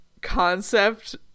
concept